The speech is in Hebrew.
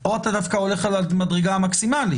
או אתה דווקא הולך על המדרגה המקסימאלית?